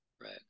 right